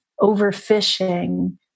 overfishing